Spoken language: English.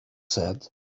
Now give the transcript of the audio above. said